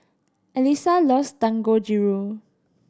Elisa loves Dangojiru